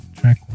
track